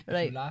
Right